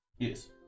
Yes